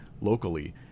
locally